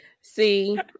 see